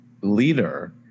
leader